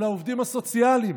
על העובדים הסוציאליים